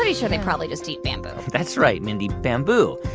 sure they probably just eat bamboo that's right, mindy. bamboo.